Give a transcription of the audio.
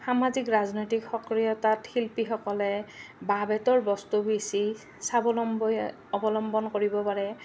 সামাজিক ৰাজনৈতিক সক্ৰিয়তাত শিল্পীসকলে বাঁহ বেতৰ বস্তু বেচি স্বাৱলম্বী অৱলম্বন কৰিব পাৰে